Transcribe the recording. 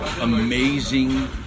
amazing